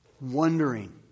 Wondering